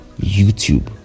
YouTube